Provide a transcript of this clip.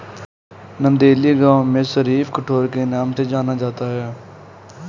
नंदेली गांव में शरीफा कठेर के नाम से जाना जाता है